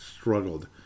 struggled